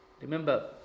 Remember